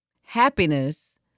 happiness